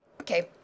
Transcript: Okay